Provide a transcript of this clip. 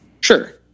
Sure